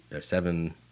seven